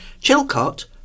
Chilcott